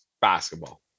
basketball